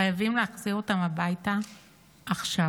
חייבים להחזיר אותם הביתה עכשיו.